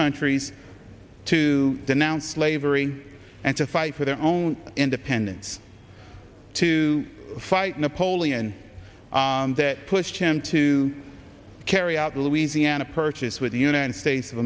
countries to denounce slavery and to fight for their own independence to fight napoleon that pushed him to carry out the louisiana purchase with the united states of